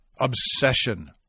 obsession